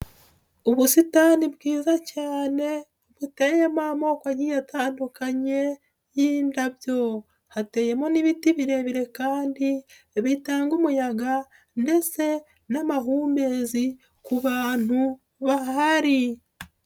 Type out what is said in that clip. Ubusitani bwiza cyane, buteyemo amoko agiye atandukanye y'indabyo. Hateyemo n'ibiti birebire kandi bitanga umuyaga ndetse n'amahumbezi ku bantu bahari.